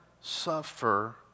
suffer